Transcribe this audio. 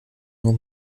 nur